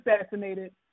assassinated